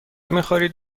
میخورید